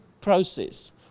process